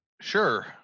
sure